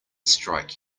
strike